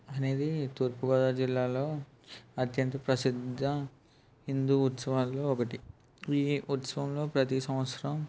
అనేది తూర్పు గోదావరి జిల్లాలో అత్యంత ప్రసిద్ధ హిందూ ఉత్సవాల్లో ఒకటి ఇయే ఉత్సవంగా ప్రతీ సంవత్సరం